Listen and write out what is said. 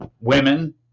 women